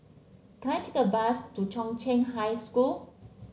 can I take a bus to Chong Qing High School